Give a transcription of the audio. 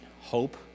hope